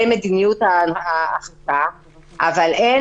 מאחר שאין